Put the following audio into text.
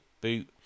boot